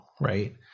Right